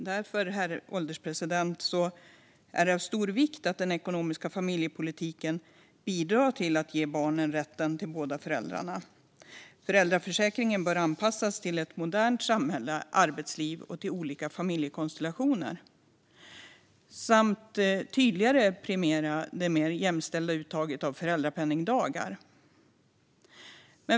Därför, herr ålderspresident, är det av stor vikt att den ekonomiska familjepolitiken bidrar till att ge barnen rätten till båda föräldrarna. Föräldraförsäkringen bör anpassas till ett modernt samhälle och arbetsliv och till olika familjekonstellationer samt tydligare premiera ett mer jämställt uttag av föräldrapenningdagar.